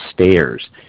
Stairs